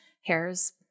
hairs